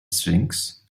sphinx